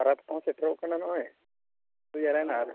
ᱯᱟᱨᱟᱵᱽ ᱠᱚ ᱦᱚᱸ ᱥᱮᱴᱮᱨᱚᱜ ᱠᱟᱱᱟ ᱱᱚᱜᱼᱚᱸᱭ